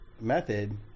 method